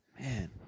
man